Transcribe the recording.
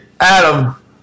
Adam